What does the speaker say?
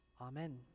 Amen